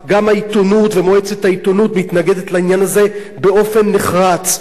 גם העיתונות ומועצת העיתונות מתנגדות לעניין הזה באופן נחרץ.